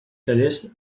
tallers